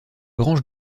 branches